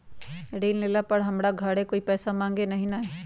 ऋण लेला पर हमरा घरे कोई पैसा मांगे नहीं न आई?